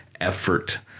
effort